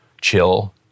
chill